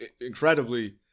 incredibly